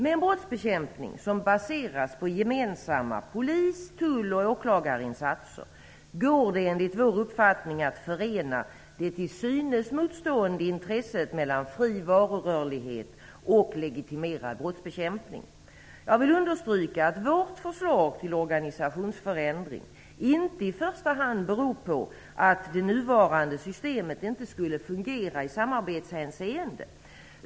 Med en brottsbekämpning som baseras på gemensamma polis-, tull och åklagarinsatser går det, enligt vår uppfattning, att förena det till synes motstående intresset mellan fri varurörlighet och legitimerad brottsbekämpning. Jag vill understryka att vårt förslag till organisationsförändring inte i första hand grundar sig på att det nuvarande systemet inte skulle fungera i samarbetshänseende.